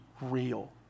real